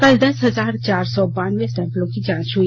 कल दस हजार चार सौ बानबे सैंपलों की जांच हुई